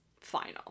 final